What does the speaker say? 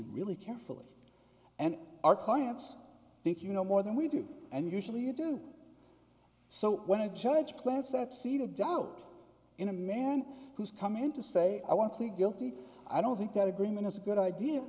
really carefully and our clients think you know more than we do and usually you do so when a judge clades that seed adult in a man who's come in to say i want to plead guilty i don't think that agreement is a good idea